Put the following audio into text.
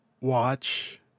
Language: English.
watch